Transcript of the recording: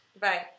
Bye